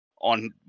On